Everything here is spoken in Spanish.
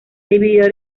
dividida